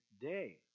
day